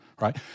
right